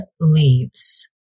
leaves